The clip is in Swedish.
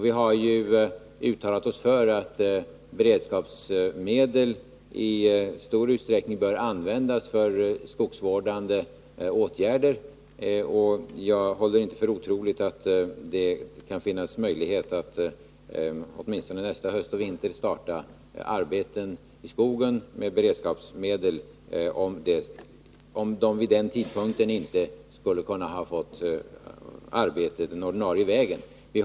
Vi har ju uttalat oss för att beredskapsmedel i stor utsträckning bör användas för skogsvårdande åtgärder. Jag håller inte för otroligt att det kan finnas möjlighet att åtminstone nästa höst och vinter starta arbeten i skogen med beredskapsmedel, om skogsarbetarna vid den tidpunkten inte har kunnat få arbete den ordinarie vägen.